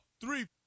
three